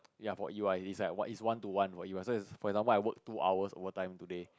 ya for you it is like what is one to one for you ah so its for example I work two hours overtime today